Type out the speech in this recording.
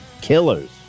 Killers